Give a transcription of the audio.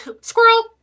squirrel